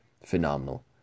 phenomenal